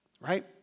Right